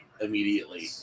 immediately